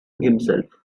himself